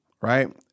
right